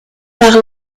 par